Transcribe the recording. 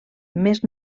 més